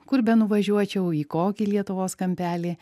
kur benuvažiuočiau į kokį lietuvos kampelį